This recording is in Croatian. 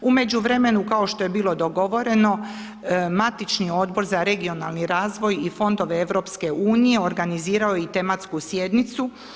U međuvremenu, kao što je bilo dogovoreno, Matični Odbor za regionalni razvoj i Fondove EU organizirao je i tematsku sjednicu.